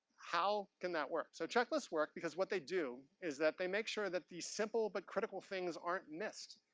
how can that work? so, checklists work because what they do is that they make sure that the simple, but critical, things aren't missed.